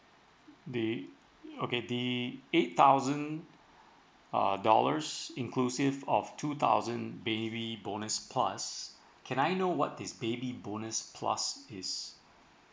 the okay the eight thousand uh dollars inclusive of two thousand baby bonus plus can I know what this baby bonus plus is